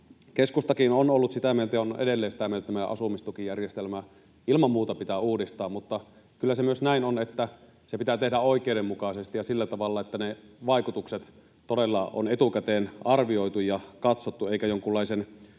Keskustakin on ollut ja on edelleen sitä mieltä, että meidän asumistukijärjestelmää ilman muuta pitää uudistaa. Mutta kyllä se myös näin on, että se pitää tehdä oikeudenmukaisesti ja sillä tavalla, että ne vaikutukset todella on etukäteen arvioitu ja katsottu, eikä jonkunlaisen,